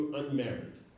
unmarried